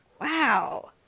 wow